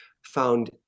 found